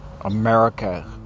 America